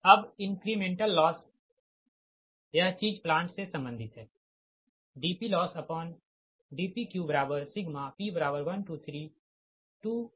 अबइंक्रीमेंटल loss यह चीज plant से संबंधित है dPLossdPqp132 BpqPp